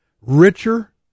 richer